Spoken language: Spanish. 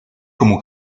como